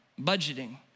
budgeting